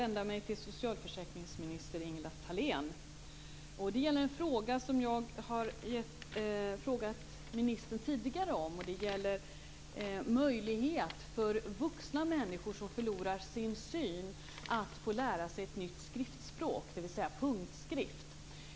Fru talman! Jag vill vända mig till socialförsäkringsminister Ingela Thalén. Det gäller en fråga som jag har frågat ministern om tidigare, nämligen möjlighet för vuxna människor som förlorar sin syn att få lära sig ett nytt skriftspråk, dvs. punktskrift.